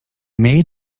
made